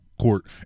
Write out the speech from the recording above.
court